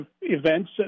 events